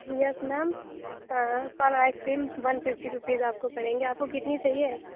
یس ma'am پر ice cream one fifty rupees آپ کو پڑیں گے آپ کو کتنی چاہیے